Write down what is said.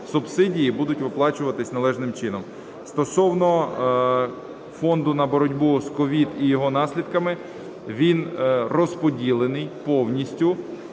Субсидії будуть виплачуватися належним чином. Стосовно Фонду на боротьбу з COVID і його наслідками, він розподілений повністю.